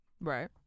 Right